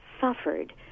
suffered